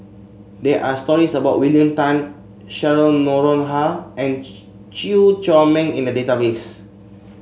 there are stories about William Tan Cheryl Noronha and Chew Chor Meng in the database